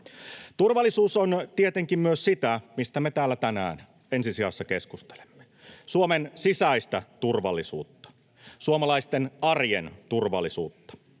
Turvallisuus on tietenkin myös sitä, mistä me täällä tänään ensi sijassa keskustelemme: Suomen sisäistä turvallisuutta. Suomalaisten arjen turvallisuutta.